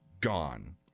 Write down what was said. gone